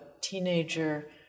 teenager